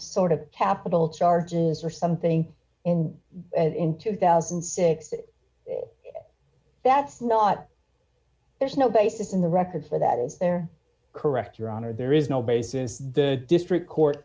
sort of capital charges or something in and in two thousand and six that's not there's no basis in the record for that is there correct your honor there is no basis the district court